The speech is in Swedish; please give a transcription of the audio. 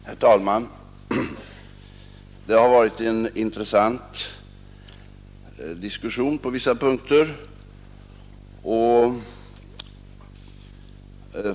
Herr talman! Det har på vissa punkter varit en intressant diskussion.